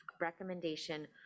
recommendation